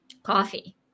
Coffee